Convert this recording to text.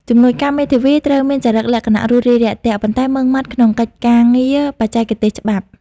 ជំនួយការមេធាវីត្រូវមានចរិតលក្ខណៈរួសរាយរាក់ទាក់ ប៉ុន្តែម៉ឺងម៉ាត់ក្នុងកិច្ចការងារបច្ចេកទេសច្បាប់។